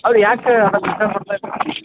ಅವ್ರು ಯಾಕೆ